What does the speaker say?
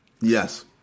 Yes